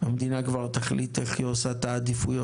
המדינה תחליט איך היא מתעדפת.